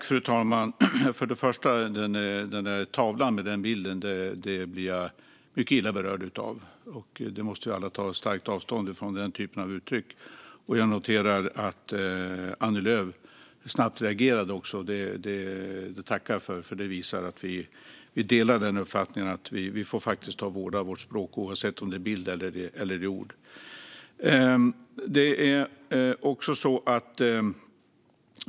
Fru talman! Tavlan blev jag mycket illa berörd av. Vi måste alla ta starkt avstånd från den typen av uttryck, och jag noterar att också Annie Lööf snabbt reagerade. Det tackar jag för, för det visar att vi delar uppfattningen att vi får vårda vårt språk oavsett om det är bild eller ord.